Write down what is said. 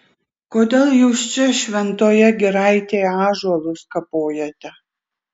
kodėl jūs čia šventoje giraitėje ąžuolus kapojate